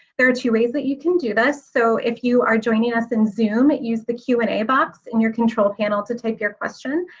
there are two ways that you can do this. so if you are joining us in zoom, use the q and a box in your control panel to type your question,